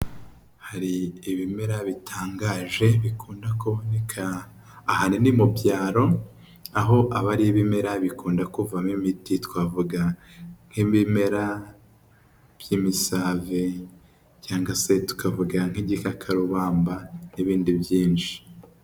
Hari ibimera bitangaje bikunda kuboneka ahanini mu byaro, aho aba ari ibimera bikunda kuvamo imiti twavuga nk'ibimera by'imisave cyangwa se tukavuga nk'igikakarubamba n'ibindi byinshi.